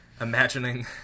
imagining